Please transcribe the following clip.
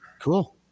cool